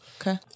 Okay